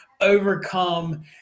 overcome